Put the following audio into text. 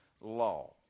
law